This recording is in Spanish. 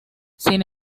sin